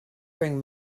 bring